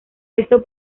esto